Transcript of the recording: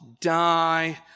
die